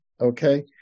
Okay